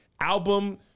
album